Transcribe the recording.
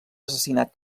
assassinat